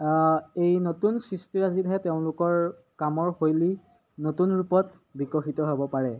এই নতুন সৃষ্টি ৰাজীৰহে তেওঁলোকৰ কামৰ শৈলী নতুন ৰূপত বিকশিত হ'ব পাৰে